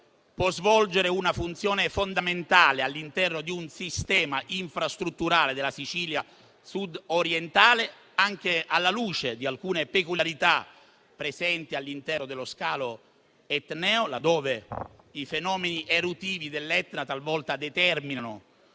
può svolgere una funzione fondamentale all'interno del sistema infrastrutturale della Sicilia sudorientale, anche alla luce di alcune peculiarità presenti all'interno dello scalo etneo, laddove i fenomeni eruttivi dell'Etna talvolta ne determinano